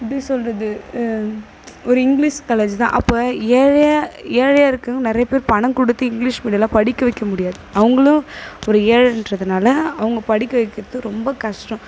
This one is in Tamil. எப்படி சொல்கிறது ஒரு இங்கிலீஷ் காலேஜ் தான் அப்போ ஏழையாக ஏழையாக இருக்கவங்க நிறையப்பேர் பணம் கொடுத்து இங்கிலீஷ் மீடியம்லாம் படிக்க வைக்க முடியாது அவங்களும் ஒரு ஏழைன்றதனால அவங்க படிக்க வைக்கிறதுக்கு ரொம்ப கஷ்டம்